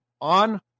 on